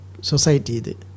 society